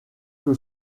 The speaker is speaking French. que